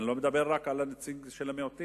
אני לא מדבר רק על נציג של מיעוטים.